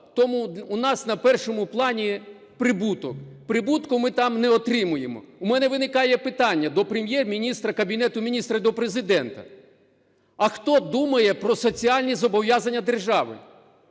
тому у нас на першому плані прибуток, прибутку ми там не отримуємо". У мене виникає питання до Прем?єр-міністра, Кабінету Міністрів і до Президента: а хто думає про соціальні зобов’язання держави?